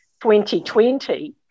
2020